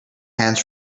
hands